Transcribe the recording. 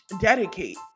dedicate